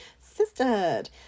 Sisterhood